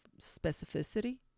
specificity